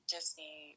Disney